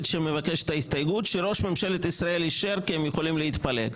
שמבקשת ההסתייגות: ראש ממשלת ישראל אישר כי הם יכולים להתפלג.